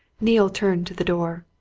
neale turned to the door.